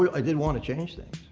i didn't want to change things.